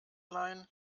leihen